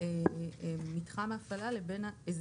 זה מודל חריג, אבל אפשר לכתוב